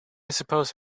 suppose